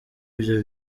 ibyo